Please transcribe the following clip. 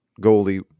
goalie